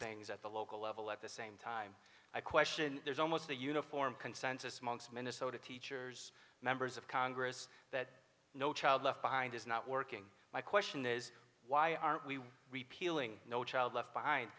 things at the local level at the same time i question there's almost a uniform consensus amongst minnesota teachers members of congress that no child left behind is not working my question is why aren't we repealing no child left behind